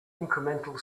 incremental